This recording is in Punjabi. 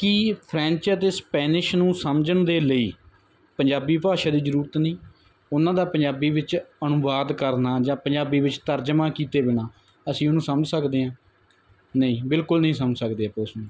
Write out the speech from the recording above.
ਕੀ ਫਰੈਂਚ ਅਤੇ ਸਪੈਨਿਸ਼ ਨੂੰ ਸਮਝਣ ਦੇ ਲਈ ਪੰਜਾਬੀ ਭਾਸ਼ਾ ਦੀ ਜ਼ਰੂਰਤ ਨਹੀਂ ਉਹਨਾਂ ਦਾ ਪੰਜਾਬੀ ਵਿੱਚ ਅਨੁਵਾਦ ਕਰਨਾ ਜਾਂ ਪੰਜਾਬੀ ਵਿੱਚ ਤਰਜਮਾ ਕੀਤੇ ਬਿਨਾਂ ਅਸੀਂ ਉਹਨੂੰ ਸਮਝ ਸਕਦੇ ਹਾਂ ਨਹੀਂ ਬਿਲਕੁਲ ਨਹੀਂ ਸਮਝ ਸਕਦੇ ਆਪਾਂ ਉਸਨੂੰ